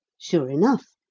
sure enough,